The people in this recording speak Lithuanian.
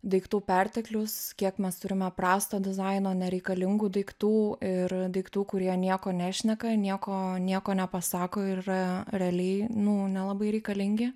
daiktų perteklius kiek mes turime prasto dizaino nereikalingų daiktų ir daiktų kurie nieko nešneka nieko nieko nepasako ir realiai nu nelabai reikalingi